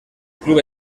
club